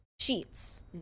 sheets